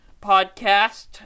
Podcast